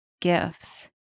gifts